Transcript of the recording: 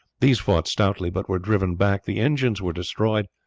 these fought stoutly, but were driven back, the engines were destroyed,